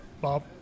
Bob